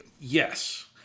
Yes